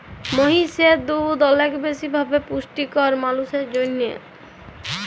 মহিষের দুহুদ অলেক বেশি ভাবে পুষ্টিকর মালুসের জ্যনহে